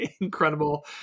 incredible